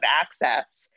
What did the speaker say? access